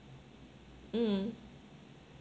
mm